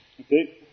Okay